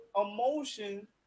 emotion